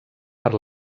per